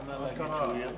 שר אוצר הכי גרוע שהיה.